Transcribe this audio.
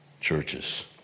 churches